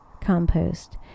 compost